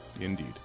Indeed